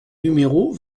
numéro